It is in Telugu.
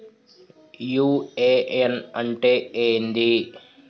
యు.ఎ.ఎన్ అంటే ఏంది?